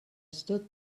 stood